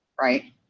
right